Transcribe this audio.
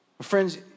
Friends